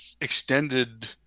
extended